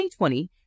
2020